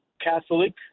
Catholic